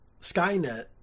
Skynet